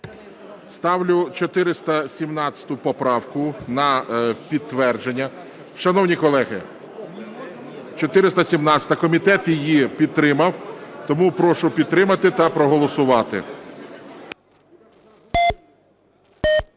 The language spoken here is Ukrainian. Ставлю 417 поправку на підтвердження. Шановні колеги! 417-а. Комітет її підтримав тому прошу підтримати та проголосувати.